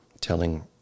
telling